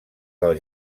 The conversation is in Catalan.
del